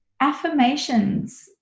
affirmations